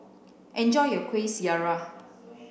enjoy your Kuih Syara